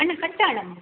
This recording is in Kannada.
ಅಣ್ಣ